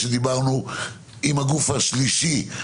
על הגוף השלישי.